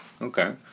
Okay